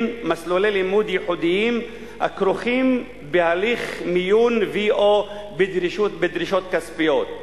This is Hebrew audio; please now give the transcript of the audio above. מסלולי לימוד ייחודיים הכרוכים בהליך מיון ו/או בדרישות כספיות.